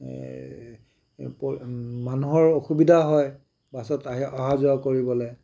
এই মানুহৰ অসুবিধা হয় বাছত আহে অহা যোৱা কৰিবলৈ